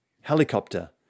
helicopter